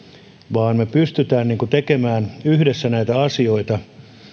vaan me pystymme tekemään yhdessä näitä asioita